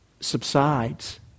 subsides